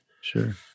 Sure